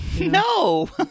No